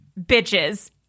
bitches